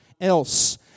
else